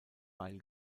beil